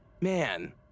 Man